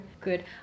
good